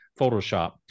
Photoshop